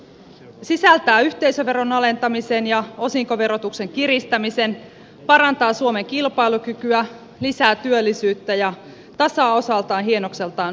yritysverokokonaisuus sisältää yhteisöveron alentamisen ja osinkoverotuksen kiristämisen parantaa suomen kilpailukykyä lisää työllisyyttä ja tasaa osaltaan hienokseltaan jopa tuloeroja